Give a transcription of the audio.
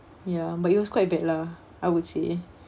ya but it was quite bad lah I would say